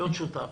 להיות שותף.